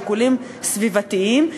שיקולים סביבתיים,